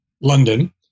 London